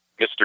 Mr